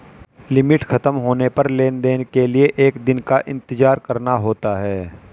limit खत्म होने पर लेन देन के लिए एक दिन का इंतजार करना होता है